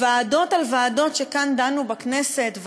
ועדות על ועדות שכאן דנו בכנסת,